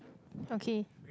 okay